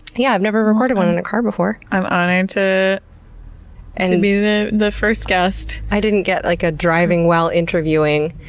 yeah, i've never recorded one in a car before. i'm honored to and and be the the first guest. i didn't get, like, a driving while interviewing,